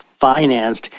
financed